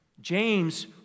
James